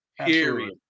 Period